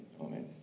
amen